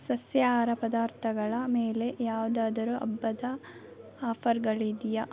ಸಸ್ಯಹಾರ ಪದಾರ್ಥಗಳ ಮೇಲೆ ಯಾವ್ದಾದರೂ ಹಬ್ಬದ ಆಫರ್ಗಳಿದೆಯಾ